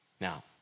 now